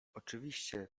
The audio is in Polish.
oczywiście